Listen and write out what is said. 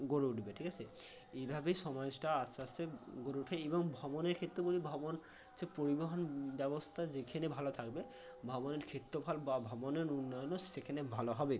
গড়ে উঠবে ঠিক আছে এইভাবেই সমাজটা আস্তে আস্তে গড়ে ওঠে এবং ভবনের ক্ষেত্রে বলি ভবন হচ্ছে পরিবহন ব্যবস্থা যেখানে ভালো থাকবে ভবনের ক্ষেত্রফল বা ভবনের উন্নয়নও সেখানে ভালো হবে